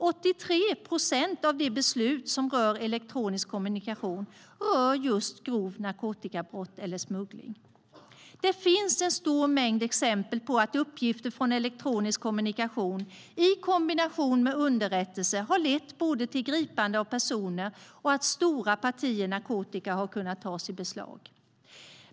83 procent av de beslut som rör elektronisk kommunikation rör just grovt narkotikabrott eller smuggling. Det finns en stor mängd exempel på att uppgifter från elektronisk kommunikation i kombination med underrättelser har lett till både gripande av personer och att stora partier narkotika har kunnat tas i beslag.